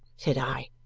said i.